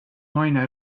naine